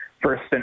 first